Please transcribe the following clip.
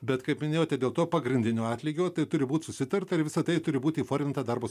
bet kaip minėjote dėl to pagrindinio atlygio tai turi būt susitarta ir visa tai turi būti įforminta darbo